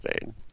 insane